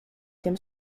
tym